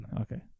Okay